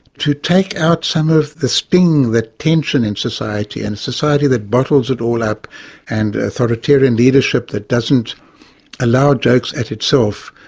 to take out some of the sting, the tension in society, and society that bottles it all up and authoritarian leadership that doesn't allow jokes at itself.